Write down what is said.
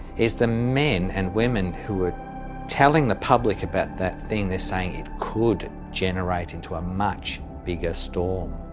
is the men and women who are telling the public about that thing, they're saying it could generate into a much bigger storm.